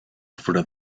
afueras